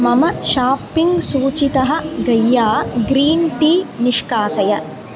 मम शाप्पिङ्ग् सूचितः गैय्या ग्रीन् टी निष्कासय